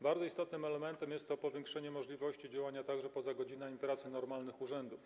Bardzo istotnym elementem jest to rozszerzenie możliwości działania także poza godzinami pracy normalnych urzędów.